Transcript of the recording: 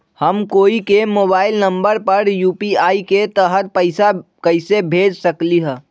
हम कोई के मोबाइल नंबर पर यू.पी.आई के तहत पईसा कईसे भेज सकली ह?